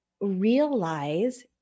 realize